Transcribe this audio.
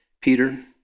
Peter